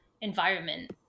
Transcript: environment